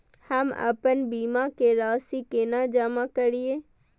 हम आपन बीमा के राशि केना जमा करिए?